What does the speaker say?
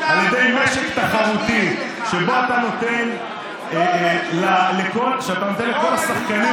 על ידי משק תחרותי שבו אתה נותן לכל השחקנים